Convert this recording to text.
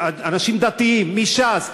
אנשים דתיים מש"ס,